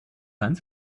seinen